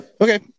Okay